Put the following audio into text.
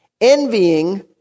envying